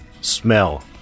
smell